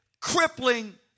crippling